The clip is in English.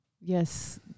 Yes